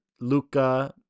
Luca